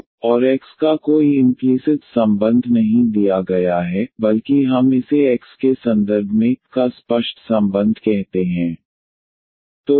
तो y और x का कोई इम्प्लीसिट संबंध नहीं दिया गया है बल्कि हम इसे x के संदर्भ में y का स्पष्ट संबंध कहते हैं